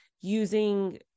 using